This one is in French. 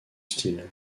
style